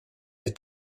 est